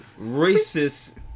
Racist